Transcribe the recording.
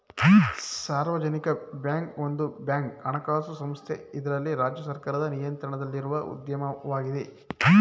ಸಾರ್ವಜನಿಕ ಬ್ಯಾಂಕ್ ಒಂದು ಬ್ಯಾಂಕ್ ಹಣಕಾಸು ಸಂಸ್ಥೆ ಇದ್ರಲ್ಲಿ ರಾಜ್ಯ ಸರ್ಕಾರದ ನಿಯಂತ್ರಣದಲ್ಲಿರುವ ಉದ್ಯಮವಾಗಿದೆ